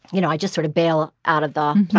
you know i just sort of bail out of the